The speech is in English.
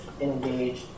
engaged